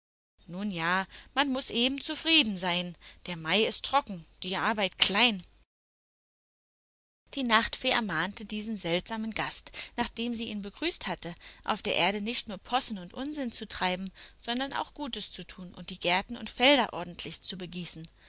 nun ja man muß eben zufrieden sein der mai ist trocken die arbeit klein die nachtfee ermahnte diesen seltsamen gast nachdem sie ihn begrüßt hatte auf der erde nicht nur possen und unsinn zu treiben sondern auch gutes zu tun und die gärten und felder ordentlich zu begießen